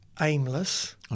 Aimless